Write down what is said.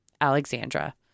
Alexandra